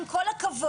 עם כל הכבוד,